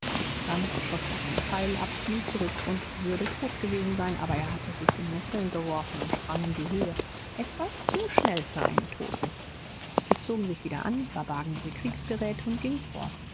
dann schoß er einen pfeil ab fiel zurück und würde tot gewesen sein aber er hatte sich in nesseln geworfen und sprang in die höhe etwas zu schnell für einen toten sie zogen sich wieder an verbargen ihre kriegsgeräte und gingen fort